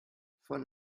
von